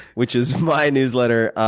which is my newsletter.